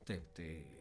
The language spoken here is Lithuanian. taip tai